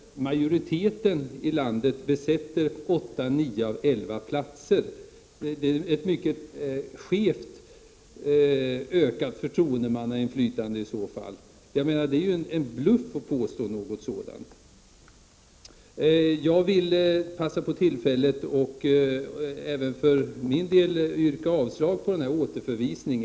Majoriteten i landet skulle ju besätta 8—9 platser av 11. Det skulle bli en mycket skev ökning av förtroendemannainflytandet. Att påstå att det skulle bli en förbättring är ju en bluff. Även jag vill passa på tillfället att yrka avslag på förslaget om återförvisning.